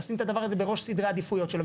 לשים אותו בראש סדרי העדיפויות שלו.